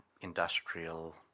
industrial